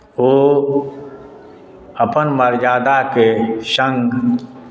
ओ अपन मर्यादाके सङ्ग